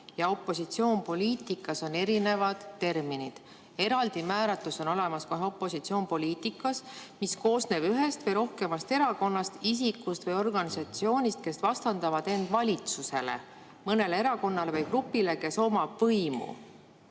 ja "opositsioon poliitikas" on erinevad terminid. Eraldi määratlusega on "opositsioon poliitikas", see koosneb ühest või rohkemast erakonnast, isikust või organisatsioonist, kes vastandavad end valitsusele, mõnele erakonnale või grupile, kes omab võimu.